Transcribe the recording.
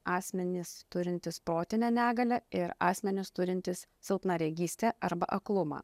asmenys turintys protinę negalią ir asmenys turintys silpnaregystė arba aklumą